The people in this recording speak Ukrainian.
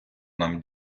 нам